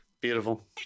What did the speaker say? Beautiful